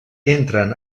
entren